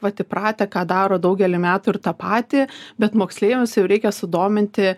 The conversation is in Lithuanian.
vat įpratę ką daro daugelį metų ir tą patį bet moksleiviams jau reikia sudominti